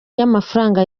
y’amafaranga